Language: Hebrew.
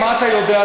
מה אתה יודע,